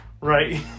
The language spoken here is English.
Right